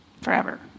forever